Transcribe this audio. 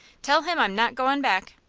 tell him i'm not goin' back!